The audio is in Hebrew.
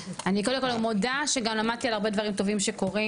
אני קודם כל מודה שגם למדתי על הרבה דברים טובים שקורים